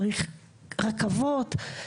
צריך רכבות,